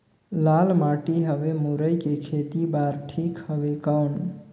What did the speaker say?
लाल माटी हवे मुरई के खेती बार ठीक हवे कौन?